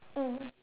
mm